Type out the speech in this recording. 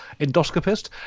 endoscopist